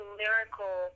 lyrical